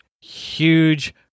huge